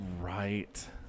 Right